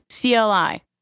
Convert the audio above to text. CLI